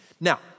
Now